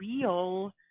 real